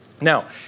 Now